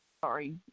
Sorry